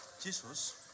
Jesus